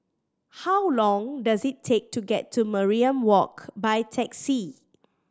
how long does it take to get to Mariam Walk by taxi